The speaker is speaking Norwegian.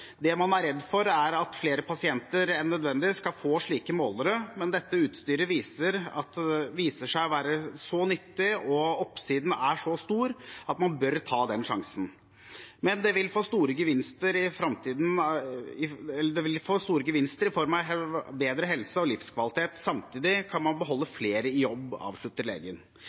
Det man er redd for er at flere pasienter enn nødvendig skal få slike målere, men dette utstyret viser seg å være så nyttig og oppsiden er så stor at man bør ta sjansen. Med det vil vi få store gevinster i form av bedre helse og livskvalitet. Samtidig kan man beholde flere i jobb.» Slik vi ser det, er både pasienter, helsepersonell og Diabetesforbundet enige om at tilgangen til CGM må bedres. I dag bedriver vi brannslukking av